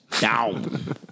down